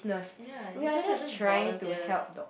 ya you guys are just volunteers